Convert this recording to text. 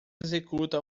executa